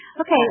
Okay